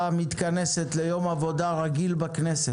ועדת כלכלה מתכנסת ליום עבודה רגיל בכנסת.